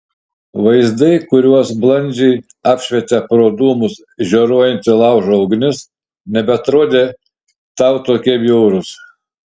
vaizdai kuriuos blandžiai apšvietė pro dūmus žioruojanti laužo ugnis nebeatrodė tau tokie bjaurūs